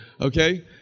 Okay